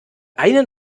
einen